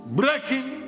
breaking